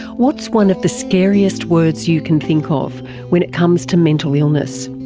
what's one of the scariest words you can think ah of when it comes to mental illness?